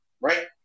right